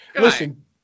Listen